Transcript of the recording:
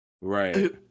Right